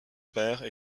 père